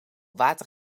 water